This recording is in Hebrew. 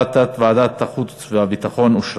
ועדת החוץ והביטחון בדבר